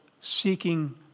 seeking